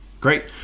Great